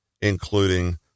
including